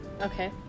Okay